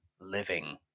living